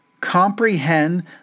comprehend